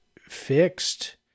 fixed